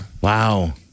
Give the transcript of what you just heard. Wow